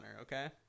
okay